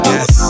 Yes